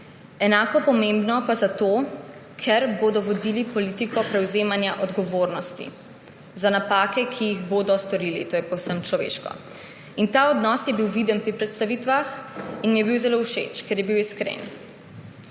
Enako pomembno pa zato, ker bodo vodili politiko prevzemanja odgovornosti za napake, ki jih bodo storili – to je povsem človeško. Ta odnos je bil viden pri predstavitvah in mi je bil zelo všeč, ker je bil iskren.